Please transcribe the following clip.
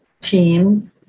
team